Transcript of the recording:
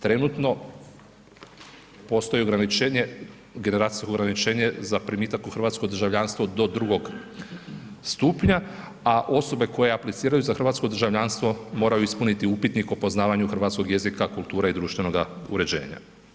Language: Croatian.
Trenutno postoji ograničenje, generacijsko ograničenje za primitak u hrvatsko državljanstvo do 2. stupnja, a osobe koje apliciraju za hrvatsko državljanstvo moraju ispuniti upitnik o poznavanju hrvatskog jezika, kulture i društvenoga uređenja.